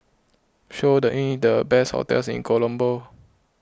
show the best hotels in Colombo